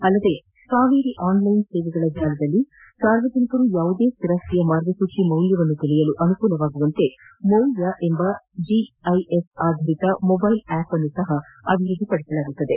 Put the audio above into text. ಅಲ್ಲದೆ ಕಾವೇರಿ ಆನ್ಲೈನ್ ಸೇವೆಗಳ ಜಾಲದಲ್ಲಿ ಸಾರ್ವಜನಿಕರು ಯಾವುದೇ ಸ್ಟಿರಾಸ್ತಿಯ ಮಾರ್ಗಸೂಚಿ ಮೌಲ್ವವನ್ನು ತಿಳಿಯಲು ಅನುಕೂಲವಾಗುವಂತೆ ಮೌಲ್ವ ಎಂಬ ಜಿಐಎಸ್ ಆಧರಿತ ಮೊಬೈಲ್ ಆ್ಕಪ್ಅನ್ನು ಸಹ ಅಭಿವೃದ್ದಿಪಡಿಸಲಾಗುತ್ತದೆ